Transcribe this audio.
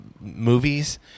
movies